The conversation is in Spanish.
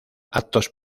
actos